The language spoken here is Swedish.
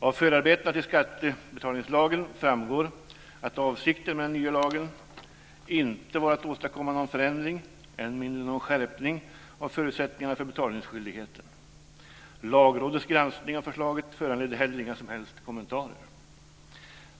Av förarbetena till skattebetalningslagen framgår att avsikten med den nya lagen inte var att åstadkomma någon förändring, än mindre någon skärpning, av förutsättningarna för betalningsskyldigheter. Lagrådets granskning av förslaget föranledde heller inga som helst kommentarer.